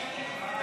הסתייגות 3 לא